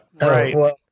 right